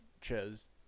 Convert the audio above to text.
chose